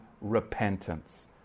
repentance